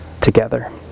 together